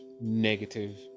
negative